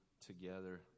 together